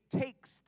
takes